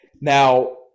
Now